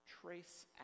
trace